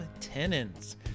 tenants